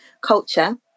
culture